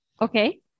Okay